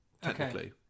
technically